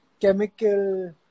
chemical